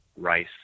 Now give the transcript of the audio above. rice